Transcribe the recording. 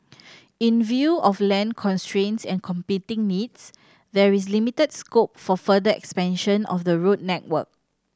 in view of land constraints and competing needs there is limited scope for further expansion of the road network